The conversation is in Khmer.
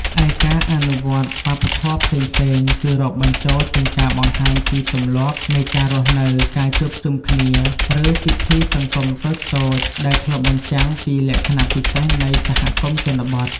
ឯការអនុវត្តវប្បធម៌ផ្សេងៗ គឺរាប់បញ្ចូលទាំងការបង្ហាញពីទម្លាប់នៃការរស់នៅ ការជួបជុំគ្នា ឬពិធីសង្គមតូចៗ ដែលឆ្លុះបញ្ចាំងពីលក្ខណៈពិសេសនៃសហគមន៍ជនបទ។